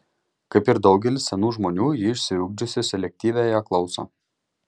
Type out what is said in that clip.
kaip ir daugelis senų žmonių ji išsiugdžiusi selektyviąją klausą